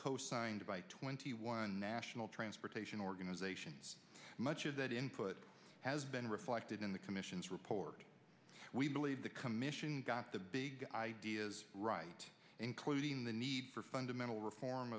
cosigned by twenty one national transportation organizations much of that input has been reflected in the commission's report we believe the commission got the big ideas right including the need for fundamental reform